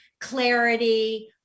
clarity